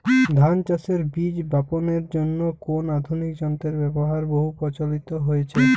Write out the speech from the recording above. ধান চাষের বীজ বাপনের জন্য কোন আধুনিক যন্ত্রের ব্যাবহার বহু প্রচলিত হয়েছে?